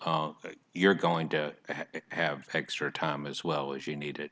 so you're going to have extra time as well as you need it